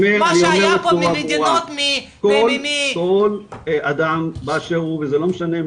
מה שהיה פה ממדינות מ --- כל אדם באשר הוא וזה לא משנה,